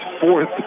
fourth